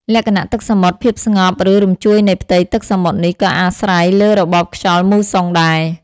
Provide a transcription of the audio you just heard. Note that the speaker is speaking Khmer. លក្ខណៈទឹកសមុទ្រ ភាពស្ងប់ ឬរញ្ជួយនៃផ្ទៃទឹកសមុទ្រនេះក៏អាស្រ័យលើរបបខ្យល់មូសុងដែរ។